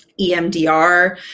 EMDR